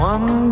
One